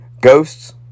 ghosts